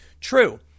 True